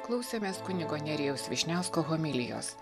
klausėmės kunigo nerijaus vyšniausko homilijos